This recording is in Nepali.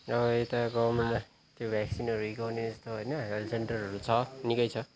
यता गाउँमा त्यो भ्याक्सिनहरू हिर्काउने जस्तो होइन हेल्थ सेन्टरहरू छ निकै छ